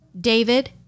David